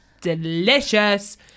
delicious